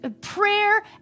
prayer